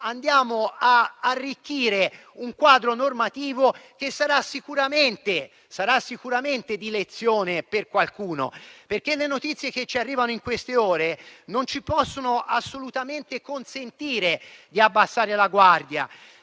andiamo ad arricchire un quadro normativo che sarà sicuramente di lezione per qualcuno. Le notizie che arrivano in queste ore non ci possono assolutamente consentire di abbassare la guardia.